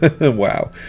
Wow